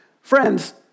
Friends